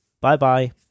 Bye-bye